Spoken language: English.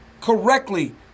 correctly